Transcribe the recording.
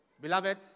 Beloved